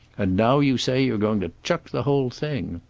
and now you say you're going to chuck the whole thing.